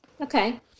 Okay